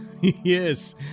Yes